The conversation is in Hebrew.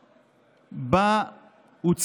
דורנר,